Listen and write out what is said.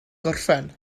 gorffen